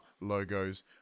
logos